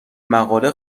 مقاله